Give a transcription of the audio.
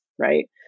right